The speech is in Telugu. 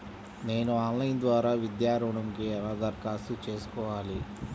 నేను ఆన్లైన్ ద్వారా విద్యా ఋణంకి ఎలా దరఖాస్తు చేసుకోవాలి?